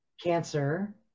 cancer